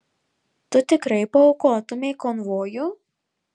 tu tikrai paaukotumei konvojų